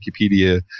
Wikipedia